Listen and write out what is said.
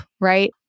right